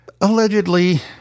allegedly